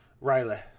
riley